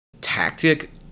tactic